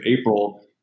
April